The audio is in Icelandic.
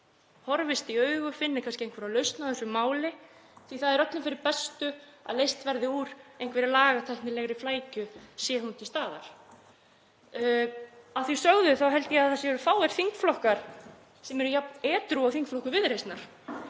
horfist í augu og finni kannski einhverja lausn á þessu máli því að það er öllum fyrir bestu að leyst verði úr einhverri lagatæknilegri flækju sé hún til staðar. Að því sögðu þá held ég að það séu fáir þingflokkar sem eru jafn edrú og þingflokkur Viðreisnar